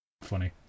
funny